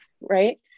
right